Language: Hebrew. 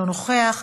אינו נוכח,